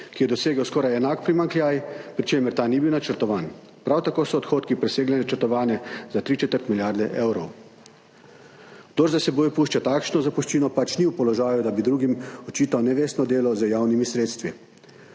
ki je dosegel skoraj enak primanjkljaj, pri čemer ta ni bil načrtovan. Prav tako so odhodki presegli načrtovane za tri četrt milijarde evrov. Kdor za seboj pušča takšno zapuščino, pač ni v položaju, da bi drugim očital nevestno delo z javnimi sredstvi.